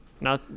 Now